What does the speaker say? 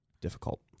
difficult